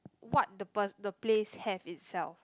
what the per~ the place have itself